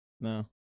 No